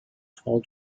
frauen